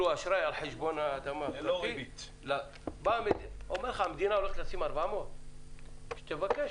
הוא אומר: המדינה הולכת לשים 400, שתבקש